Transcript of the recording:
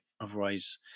Otherwise